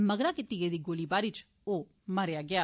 मगरा कीती गेदी गोलीबारी च ओ मारेआ गेआ